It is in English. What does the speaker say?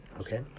okay